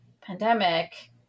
pandemic